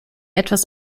etwas